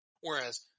Whereas